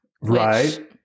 Right